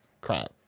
crap